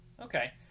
Okay